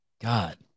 god